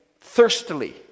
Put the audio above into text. thirstily